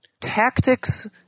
Tactics